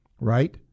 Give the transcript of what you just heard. right